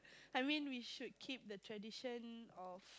I mean we should keep the tradition